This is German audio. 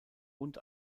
und